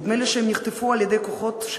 נדמה לי שהם נחטפו בידי כוחות,